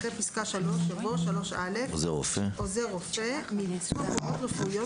אחרי פסקה (3) יבוא: "(3א)עוזר רופא מביצוע פעולות רפואיות